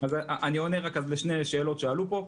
אני עונה לשתי שאלות שעלו פה.